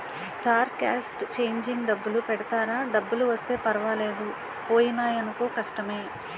star cast changing డబ్బులు పెడతారా డబ్బులు వస్తే పర్వాలేదు పోయినాయనుకో కష్టమే